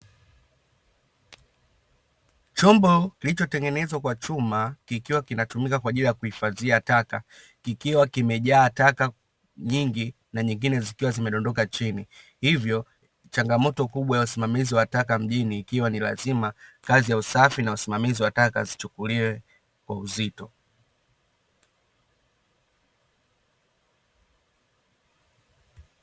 Chombo kilichotengenezwa kwa chuma kikiwa kinatumika kwa ajili ya kuhifadhia taka, kikiwa kimejaa taka nyingi na nyingine zikiwa zimedondoka chini. Hivyo changamoto kubwa ya usimamizi wa taka mjini ikiwa ni lazima, kazi ya usafi na usimamizi wataka zichukuliwe kwa uzito .